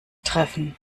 treffen